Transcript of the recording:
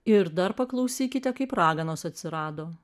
ir dar paklausykite kaip raganos atsirado